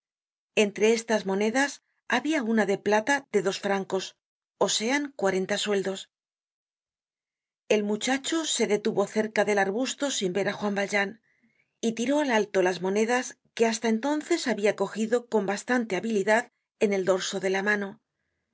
entre estas monedas habia una de plata de dos francos ó sean cuarenta sueldos el muchacho se detuvo cerca del arbusto sin ver á juan valjean y tiró al alto las monedas que hasta entonces habia cogido con bastante habilidad en el dorso de la mano